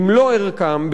במלוא ערכם,